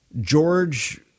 George